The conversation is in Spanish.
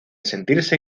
sentirse